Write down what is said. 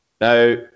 Now